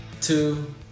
two